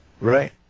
Right